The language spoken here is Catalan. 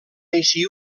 així